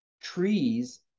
trees